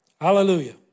Hallelujah